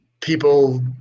people